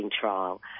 trial